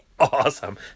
Awesome